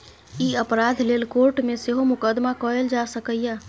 ई अपराध लेल कोर्ट मे सेहो मुकदमा कएल जा सकैए